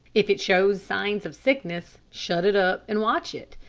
if it shows signs of sickness, shut it up and watch it.